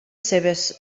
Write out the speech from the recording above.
cebes